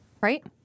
Right